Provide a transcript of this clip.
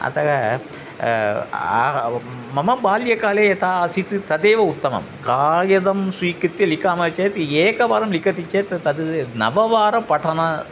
अतः आ मम बाल्यकाले यथा आसीत् तदेव उत्तमं कागदं स्वीकृत्य लिखामः चेत् एकवारं लिखति चेत् तद् नववारं पठनम्